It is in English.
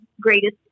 greatest